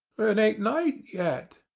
it ain't night yet,